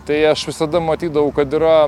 tai aš visada matydavau kad yra